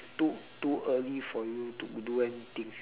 too too early for you to do anything